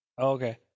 Okay